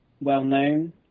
well-known